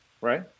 Right